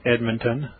Edmonton